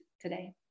today